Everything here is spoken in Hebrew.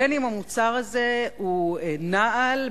בין אם המוצר הזה הוא נעל,